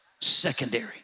Secondary